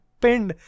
pinned